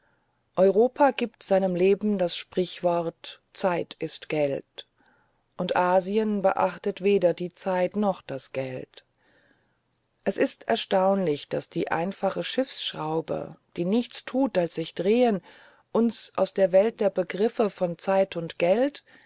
europa gibt seinem leben das sprichwort zeit ist geld und asien beachtet weder die zeit noch das geld es ist erstaunlich daß die einfache schiffsschraube die nichts tut als sich drehen uns aus der welt der begriffe von zeit und geld